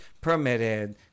permitted